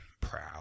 proud